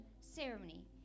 ceremony